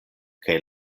kaj